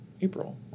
April